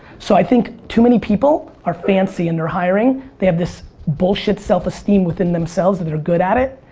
so i think too many people are fancy in their hiring. they have this bullshit self esteem within themselves that they're good at it.